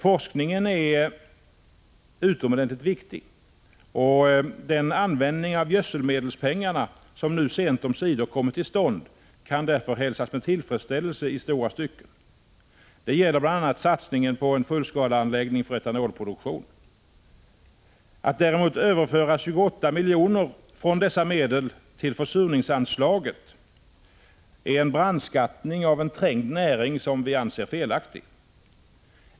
Forskningen är utomordentligt viktig, och den användning av gödselmedelspengarna som nu sent omsider kommit till stånd kan därför hälsas med tillfredsställelse i stora stycken. Det gäller bl.a. satsningen på en fullskaleanläggning för etanolproduktion. Att däremot överföra 28 miljoner från dessa medel till försurningsanslaget är en brandskattning av en trängd näring som vi anser felaktig.